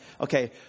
okay